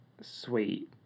Sweet